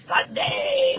Sunday